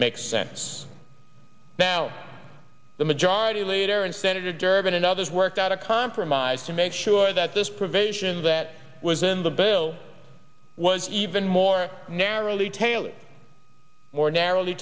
makes sense now the majority leader and senator durbin and others worked out a compromise to make sure that this provision that was in the bill was even more narrowly tailored more narrowly